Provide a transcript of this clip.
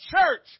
church